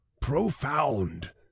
profound